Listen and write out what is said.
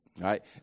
Right